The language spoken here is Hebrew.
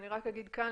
אז אני רק אגיד כאן,